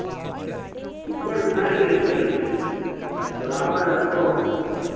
ऊपर तो नहीं मिल पाई बराबर रखो